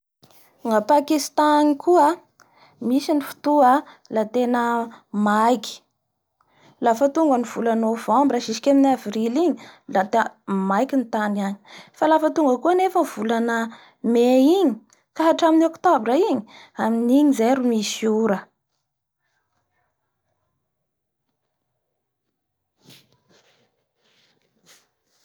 Gna Pakistan agny koa a, misy ny fotoa la tena maiky lafa tonga ny vola novembre jusque amin'ny Avrily igny la maiky ny tany agny. Fa lafa tonga avao koa nefa ny volana May igny ka hatramin'ny Octobra igny amin'igny zay ro misy ora.